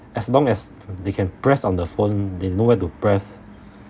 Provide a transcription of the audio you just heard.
as long as they can press on the phone they know where to press